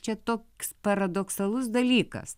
čia toks paradoksalus dalykas